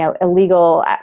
illegal